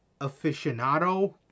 aficionado